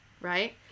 right